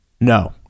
no